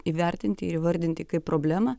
įvertinti ir įvardinti kaip problemą